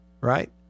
Right